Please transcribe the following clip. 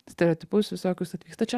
stereotipus visokius atvyksta čia